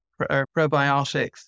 probiotics